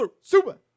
Super